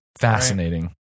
fascinating